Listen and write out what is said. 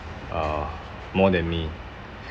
uh more than me